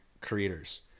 creators